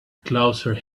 closer